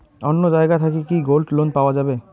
অন্য জায়গা থাকি কি গোল্ড লোন পাওয়া যাবে?